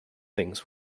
things